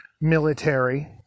military